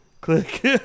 click